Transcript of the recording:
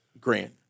grant